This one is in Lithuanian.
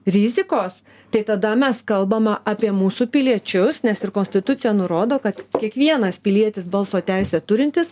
rizikos tai tada mes kalbama apie mūsų piliečius nes ir konstitucija nurodo kad kiekvienas pilietis balso teisę turintis